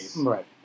right